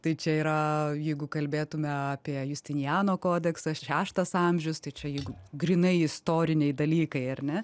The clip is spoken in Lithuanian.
tai čia yra jeigu kalbėtume apie justiniano kodeksą šeštas amžius tai čia jeigu grynai istoriniai dalykai ar ne